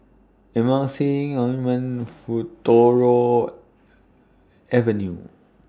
Emulsying Ointment Futuro Avenue